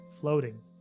floating